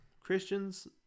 Christians